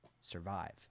survive